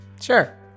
Sure